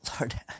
Lord